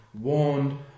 warned